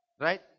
Right